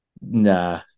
Nah